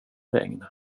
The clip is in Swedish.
regn